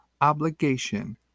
obligation